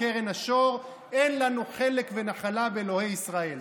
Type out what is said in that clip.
קרן השור: אין לנו חלק ונחלה באלוהי ישראל.